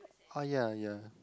oh ya ya